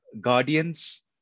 guardians